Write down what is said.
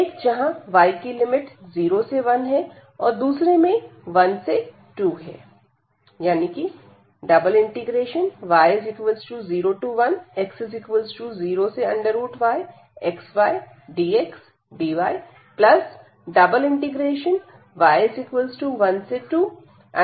एक जहां yकी लिमिट 0 से 1 है और दूसरे में 1 से 2 है